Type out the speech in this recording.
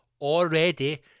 already